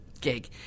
gig